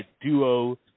duo